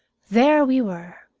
there we were,